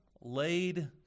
laid